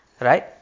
Right